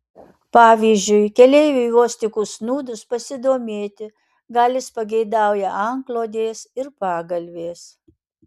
pavyzdžiui keleiviui vos tik užsnūdus pasidomėti gal jis pageidauja antklodės ir pagalvės